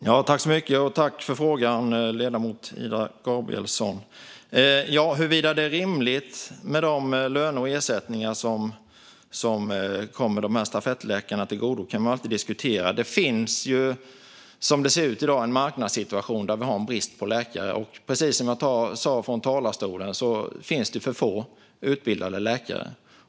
Fru talman! Tack, ledamoten Ida Gabrielsson, för frågan! Huruvida det är rimligt med de löner och ersättningar som kommer stafettläkarna till godo kan man alltid diskutera. Det finns som det ser ut i dag en marknadssituation där vi har en brist på läkare, och precis som jag sa i talarstolen finns det för få utbildade läkare.